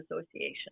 association